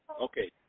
Okay